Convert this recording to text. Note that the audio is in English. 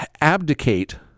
abdicate